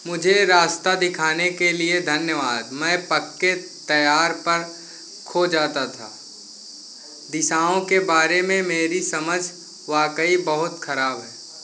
मुझे रास्ता दिखाने के लिए धन्यवाद मैं पक्के तैयार पर खो जाता था दिशाओं के बारे में मेरी समझ वाकई बहुत खराब है